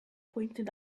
pointed